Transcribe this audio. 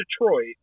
Detroit